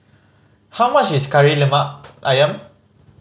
how much is Kari Lemak Ayam